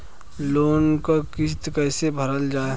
Loan क किस्त कैसे भरल जाए?